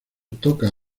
toca